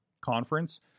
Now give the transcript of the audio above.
conference